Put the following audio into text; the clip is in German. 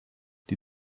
die